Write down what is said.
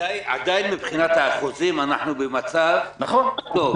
עדיין מבחינת האחוזים אנחנו במצב טוב.